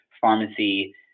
pharmacy